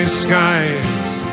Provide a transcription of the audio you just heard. skies